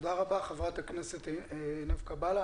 תודה ח"כ עינב קאבלה.